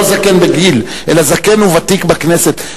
לא זקן בגיל אלא זקן וותיק בכנסת.